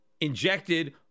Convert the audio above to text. injected